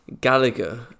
Gallagher